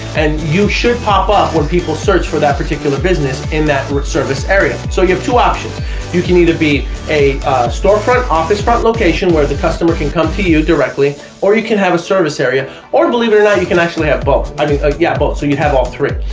and you should pop up when people search for that particular business in that word service area, so you have two options you can either be a store front office front location where the customer can come to you directly or you can have a service area or believe it or not you can actually have both, i mean yeah both, so you have all three.